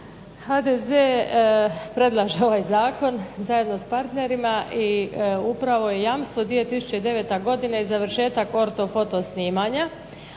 HDZ predlaže ovaj zakon zajedno sa partnerima i upravo je jamstvo 2009. godina i završetak ortofoto snimanja.